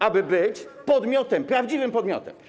aby być podmiotem, prawdziwym podmiotem.